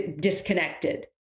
disconnected